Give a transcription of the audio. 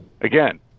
again